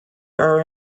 are